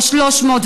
או 300 שקלים,